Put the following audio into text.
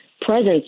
presence